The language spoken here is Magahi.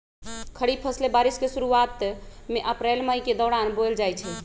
खरीफ फसलें बारिश के शुरूवात में अप्रैल मई के दौरान बोयल जाई छई